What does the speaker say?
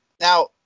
Now